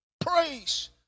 Praise